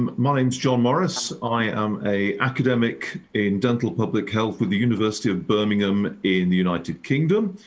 um my name's john morris. i am a academic in dental public health with the university of birmingham in the united kingdom.